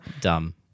Dumb